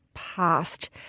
past